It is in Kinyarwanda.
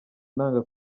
nanga